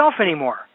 anymore